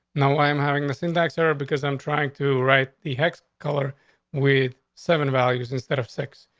no, i am having the syntax error because i'm trying to write the hex color with seven values instead of six.